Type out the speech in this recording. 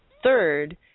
Third